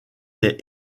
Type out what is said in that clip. est